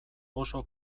oso